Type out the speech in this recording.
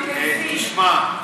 תשמע,